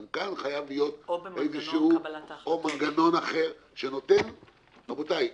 גם כאן חייב להיות או מנגנון אחר שנותן רבותי,